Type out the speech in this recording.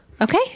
Okay